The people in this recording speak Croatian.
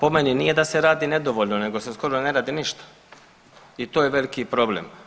Pa po meni nije da se radi nedovoljno, nego se skoro ne radi ništa i to je veliki problem.